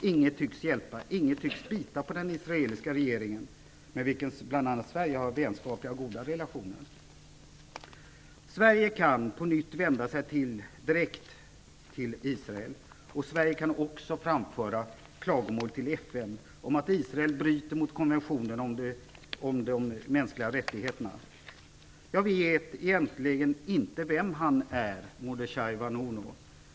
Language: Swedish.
Inget tycks hjälpa, inget tycks bita på den israeliska regeringen med vilken bl.a. Sverige har vänskapliga och goda relationer. Sverige kan på nytt vända sig direkt till Israel. Sverige kan också framföra klagomål till FN om att Israel bryter mot konventionerna om de mänskliga rättigheterna. Jag vet egentligen inte vem Mordechai Vanunu är.